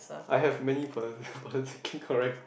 I have many political politically correct